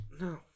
No